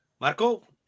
Marco